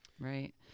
Right